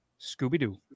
Scooby-Doo